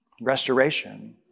restoration